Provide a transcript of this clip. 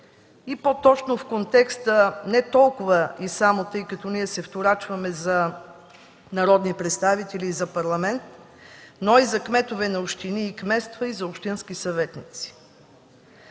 и по-точно в контекста не толкова и само, тъй като ние се вторачваме за народни представители и за парламент, но и за кметове на общини и кметства, и за общински съветници.